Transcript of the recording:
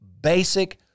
basic